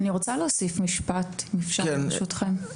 אני רוצה להוסיף משפט, אם אפשר, ברשותכם.